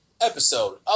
episode